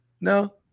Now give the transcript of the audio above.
No